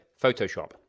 Photoshop